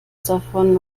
davon